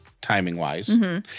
timing-wise